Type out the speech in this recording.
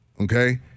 okay